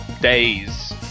days